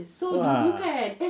!wah!